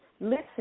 listen